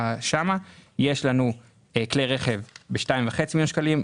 ששם יש לנו כלי רכב ב-2.5 מיליון שקלים,